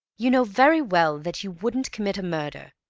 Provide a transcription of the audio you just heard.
you know very well that you wouldn't commit a murder,